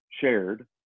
shared